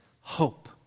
hope